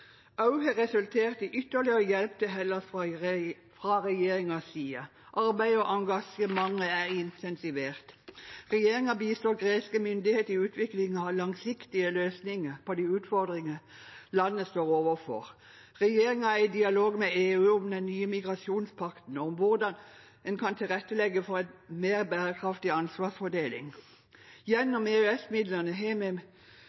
har resultert i ytterligere hjelp til Hellas fra regjeringens side. Arbeidet og engasjementet er intensivert. Regjeringen bistår greske myndigheter i utviklingen av langsiktige løsninger på de utfordringer landet står overfor. Regjeringen er i dialog med EU om den nye migrasjonspakten og om hvordan en kan tilrettelegge for en mer bærekraftig ansvarsfordeling. Gjennom EØS-midlene har vi